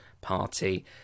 party